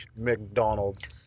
McDonald's